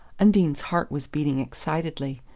undine's heart was beating excitedly,